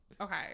Okay